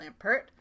Lampert